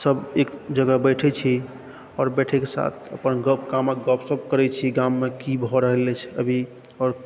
सब एक जगह बैठै छी आओर बैठैके साथ अपन गप गामक गपशप करै छी गाममे की भऽ रहल अछि अभी आओर